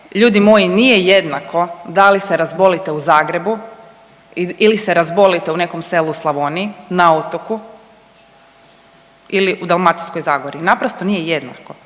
ljudi moji nije jednako da li se razbolite u Zagrebu ili se razbolite u nekom selu u Slavoniji, na otoku ili u Dalmatinskoj zagori. Naprosto nije jednako,